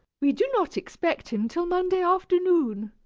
we do not expect him till monday afternoon.